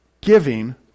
giving